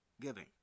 Giving